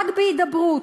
רק בהידברות.